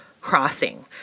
crossing